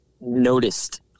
noticed